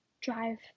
drive